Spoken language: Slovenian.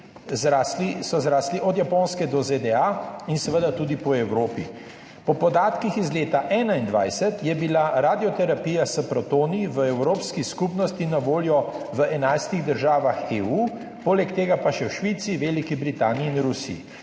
zrasli od Japonske do ZDA in seveda tudi po Evropi. Po podatkih iz leta 2021 je bila radioterapija s protoni v Evropski skupnosti na voljo v enajstih državah EU, poleg tega pa še v Švici, Veliki Britaniji in Rusiji.